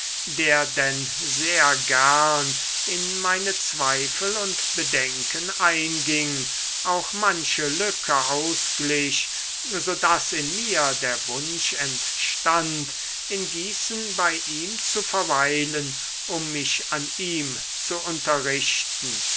der denn sehr gern in meine zweifel und bedenken einging auch manche lücke ausglich so daß in mir der wunsch entstand in gießen bei ihm zu verweilen um mich an ihm zu unterrichten